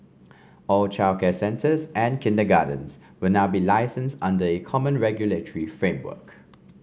all childcare centres and kindergartens will now be licensed under a common regulatory framework